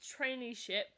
traineeship